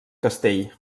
castell